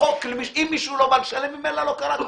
אם מישהו לא בא לשלם, ממילא לא קרה כלום.